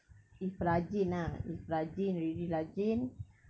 if rajin ah if rajin really rajin